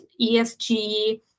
ESG